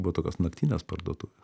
buvo tokios naktinės parduotuvė